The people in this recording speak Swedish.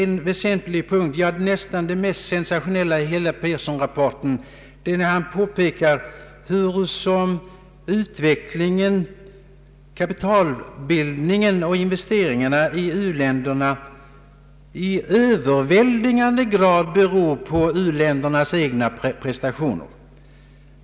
En väsentlig punkt, ja, det kanske mest sensationella i hela Pearsonrapporten är påpekandet att kapitalbildningen och investeringarna i u-länderna i överväldigande grad beror på de ras egna prestationer.